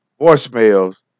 voicemails